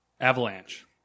Avalanche